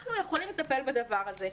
אנחנו יכולים לטפל בדבר הזה.